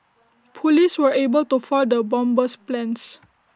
Police were able to foil the bomber's plans